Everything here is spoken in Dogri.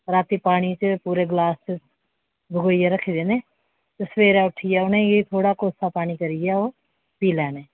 रातीं पानी च पूरे गलास च भिगोइयै रक्खे देने ते सवेरे उट्ठियै उ'नेंगी थोह्ड़ा कोसा पानी करियै ओह् पी लैने